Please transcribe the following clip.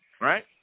Right